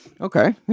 Okay